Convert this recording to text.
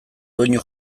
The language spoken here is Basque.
doinu